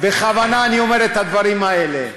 בכוונה אני אומר את הדברים האלה: